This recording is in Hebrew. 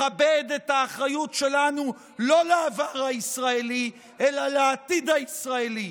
לכבד את האחריות שלנו לא לעבר הישראלי אלא לעתיד הישראלי,